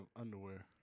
underwear